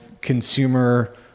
consumer